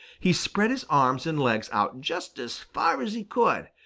he spread his arms and legs out just as far as he could,